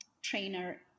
trainer